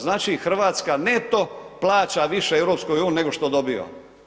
Znači Hrvatska neto plaća više EU nego što dobiva.